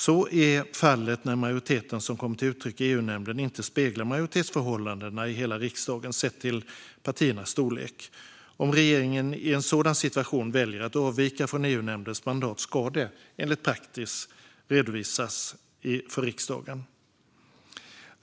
Så är fallet när majoriteten som kommer till uttryck i EU-nämnden inte speglar majoritetsförhållandena i hela riksdagen sett till partiernas storlek. Om regeringen i en sådan situation väljer att avvika från EU-nämndens mandat ska det enligt praxis redovisas för riksdagen.